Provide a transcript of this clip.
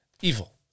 evil